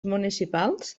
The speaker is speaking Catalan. municipals